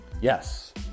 Yes